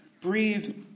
breathe